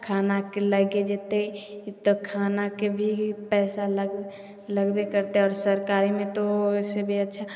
खानाके लाइगे जेतै ओ तऽ खानाके कभी भी पैसा लग लगबे करतै आओर सरकारीमे तऽ ओहिसऽ भी